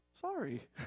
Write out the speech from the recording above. sorry